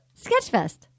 Sketchfest